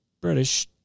British